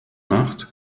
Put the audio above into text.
macht